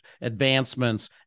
advancements